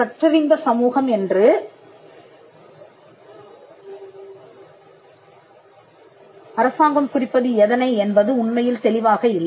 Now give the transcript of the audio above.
கற்றறிந்த சமூகம் என்று அரசாங்கம் குறிப்பது எதனை என்பது உண்மையில் தெளிவாக இல்லை